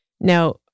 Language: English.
Now